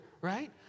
right